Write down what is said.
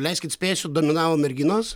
leiskit spėsiu dominavo merginos